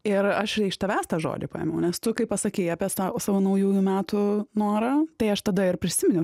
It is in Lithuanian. ir aš iš tavęs tą žodį paėmiau nes tu kai pasakei apie sa savo naujųjų metų norą tai aš tada ir prisiminiau